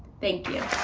thank you.